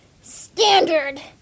standard